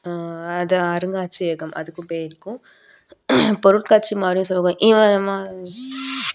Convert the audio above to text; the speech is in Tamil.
அது அருங்காட்சியகம் அதுக்கு போய்ருக்கோம் பொருட்காட்சி மாதிரியும்